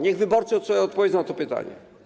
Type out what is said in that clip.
Niech wyborcy sobie odpowiedzą na to pytanie.